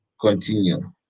continue